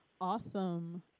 awesome